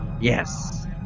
Yes